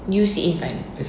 you sit in front